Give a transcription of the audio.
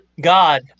God